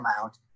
amount